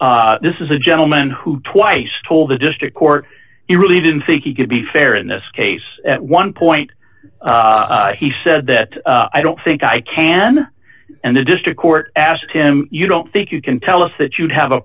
w this is a gentleman who twice told the district court he really didn't think he could be fair in this case at one point he said that i don't think i can and the district court asked him you don't think you can tell us that you have a